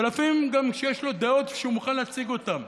ולפעמים גם שיש לו דעות שהוא מוכן להציג אותן,